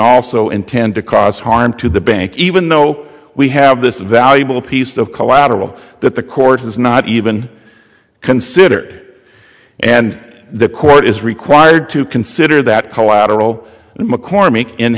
also intend to cause harm to the bank even though we have this valuable piece of collateral that the court has not even considered and the court is required to consider that collateral and mccormick in